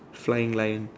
flying lion